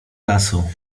lasu